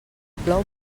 plou